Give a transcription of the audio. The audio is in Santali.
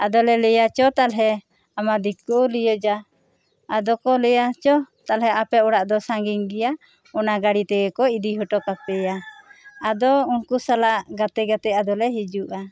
ᱟᱫᱚ ᱞᱮ ᱞᱟᱹᱭᱟ ᱪᱚ ᱛᱟᱦᱚᱞᱮ ᱟᱢᱟᱫᱮᱨᱠᱮ ᱞᱤᱭᱮ ᱡᱟ ᱟᱫᱚ ᱠᱚ ᱞᱟᱹᱭᱟ ᱪᱚᱦ ᱛᱟᱦᱚᱞᱮ ᱟᱯᱮ ᱚᱲᱟᱜ ᱫᱚ ᱥᱟᱺᱜᱤᱧ ᱜᱮᱭᱟ ᱚᱱᱟ ᱜᱟᱹᱲᱤ ᱛᱮᱜᱮ ᱠᱚ ᱤᱫᱤ ᱦᱚᱴᱚ ᱠᱟᱯᱮᱭᱟ ᱟᱫᱚ ᱩᱱᱠᱩ ᱥᱟᱞᱟᱜ ᱜᱟᱛᱮ ᱜᱟᱛᱮ ᱞᱮ ᱦᱤᱡᱩᱜᱼᱟ